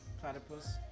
Platypus